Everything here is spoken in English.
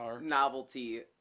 novelty